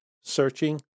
searching